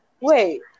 wait